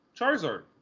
Charizard